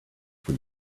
for